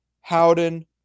Howden